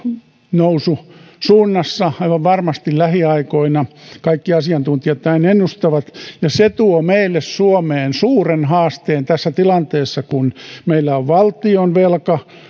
noususuunnassa aivan varmasti lähiaikoina kaikki asiantuntijat näin ennustavat ja se tuo meille suomeen suuren haasteen tässä tilanteessa kun meillä on valtionvelka